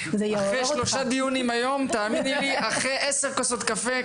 שלושה דיונים היום ועשר כוסות קפה.